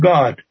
God